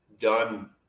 done